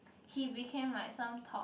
he became like some top